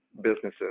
businesses